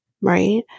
Right